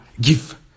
give